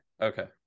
okay